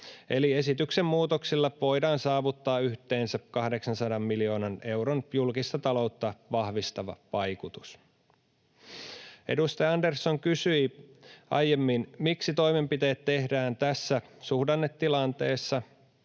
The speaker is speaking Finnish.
Eli esityksen muutoksilla voidaan saavuttaa yhteensä 800 miljoonan euron julkista taloutta vahvistava vaikutus. Edustaja Andersson kysyi aiemmin, miksi toimenpiteet tehdään tässä suhdannetilanteessa.